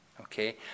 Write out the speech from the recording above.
Okay